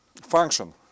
function